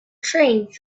trains